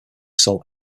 assault